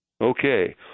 Okay